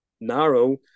narrow